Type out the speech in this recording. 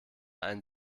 einen